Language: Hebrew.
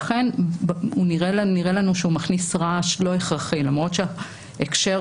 לכן נראה לנו שהוא מכניס רעש לא הכרחי למרות שההקשר,